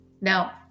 Now